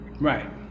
right